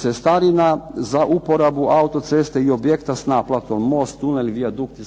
cestarina za uporabu auto ceste i objekta s naplatom most, tunel, vijadukt i